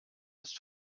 ist